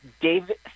David